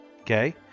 Okay